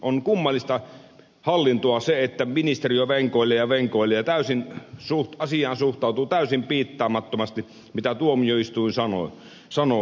on kummallista hallintoa se että ministeriö venkoilee ja venkoilee ja suhtautuu täysin piittaamattomasti siihen mitä tuomioistuin sanoo